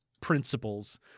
principles